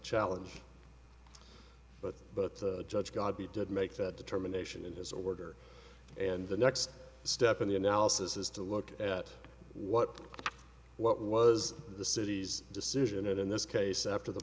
challenge but but judge gobby did make that determination in his order and the next step in the analysis is to look at what what was the city's decision and in this case after the